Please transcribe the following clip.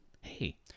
hey